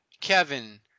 Kevin